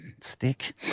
stick